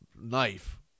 knife